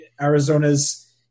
Arizona's